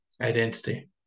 identity